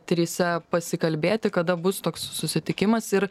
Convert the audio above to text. trise pasikalbėti kada bus toks susitikimas ir